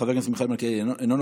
חבר הכנסת מיכאל מלכיאלי, אינו נוכח.